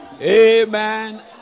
Amen